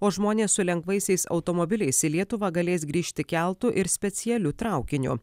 o žmonės su lengvaisiais automobiliais į lietuvą galės grįžti keltu ir specialiu traukiniu